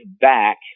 back